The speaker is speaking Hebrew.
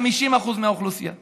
ל-50% מהאוכלוסייה.